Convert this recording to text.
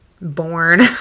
born